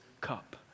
cup